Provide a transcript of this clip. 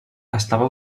estava